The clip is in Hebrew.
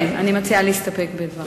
כן, אני מציעה להסתפק בדברי.